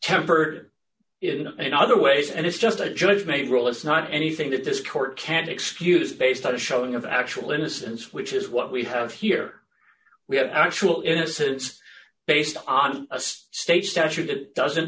tempered in in other ways and it's just a judge may rule it's not anything that this court can excuse based on a showing of actual innocence which is what we have here we have actual innocence based on a state statute that doesn't